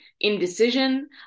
indecision